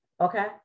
okay